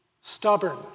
stubborn